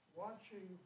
watching